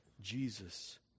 Jesus